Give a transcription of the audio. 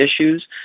issues